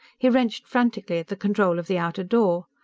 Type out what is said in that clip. he wrenched frantically at the control of the outer door.